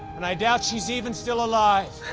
and i doubt she's even still alive.